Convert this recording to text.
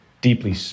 deeply